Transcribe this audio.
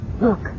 Look